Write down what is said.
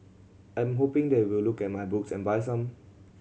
I'm hoping they will look at my books and buy some